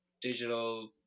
digital